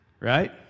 right